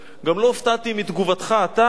גם לא הופתעתי מתגובתך אתה,